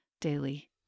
daily